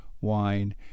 wine